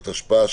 התשפ"א 2020,